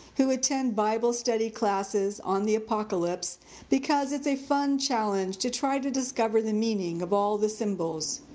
who attend bible study classes on the apocalypse because it's a fun challenge to try to discover the meaning of all the symbols.